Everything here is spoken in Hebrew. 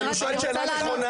הוא שאל שאלה נכונה,